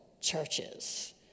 churches